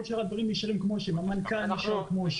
כל שאר הדברים נשארים כמו שהם: המנכ"ל נשאר כמו שהוא